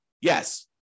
Yes